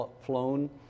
flown